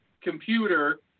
computer